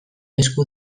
esku